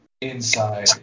inside